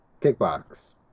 kickbox